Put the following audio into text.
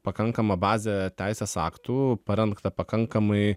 pakankama bazė teisės aktų parengta pakankamai